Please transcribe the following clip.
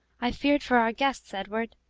i feared for our guests, edward.